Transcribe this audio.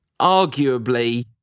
arguably